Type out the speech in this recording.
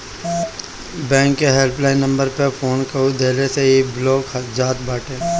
bank के help line number पअ phone कअ देहला से इ ब्लाक हो जात बाटे